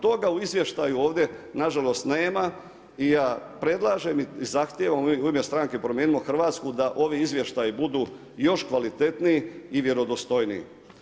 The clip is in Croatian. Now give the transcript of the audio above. Toga u izvještaju ovdje na žalost nema i ja predlažem i zahtijevam u ime stranke Promijenimo Hrvatsku da ovi izvještaji budu još kvalitetniji i vjerodostojniji.